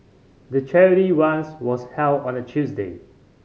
the charity runs was held on a Tuesday